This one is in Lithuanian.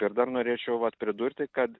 ir dar norėčiau vat pridurti kad